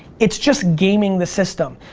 it's just gaming the system.